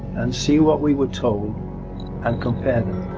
and see what we were told and compare them.